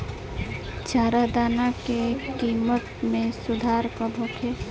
चारा दाना के किमत में सुधार कब होखे?